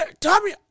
Tommy